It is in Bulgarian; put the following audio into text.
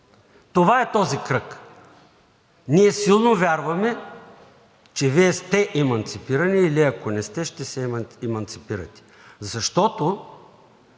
Това е този кръг. Ние силно вярваме, че Вие сте еманципирани, или ако не сте, ще се еманципирате, защото,